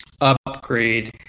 upgrade